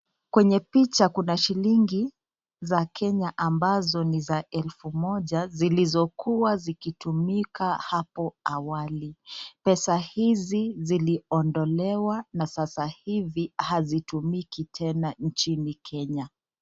Kwenye picha kuna shilingi za Kenya ambazo niza elfu moja zilizo kuwa zikitumika hapo awali, pesa hizi ziliondolewa na sasa hivi hazitumiki tena nchini Kenya.